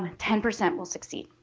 ah ten percent will succeed.